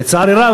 לצערי הרב,